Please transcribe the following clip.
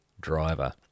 driver